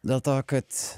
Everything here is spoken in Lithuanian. dėl to kad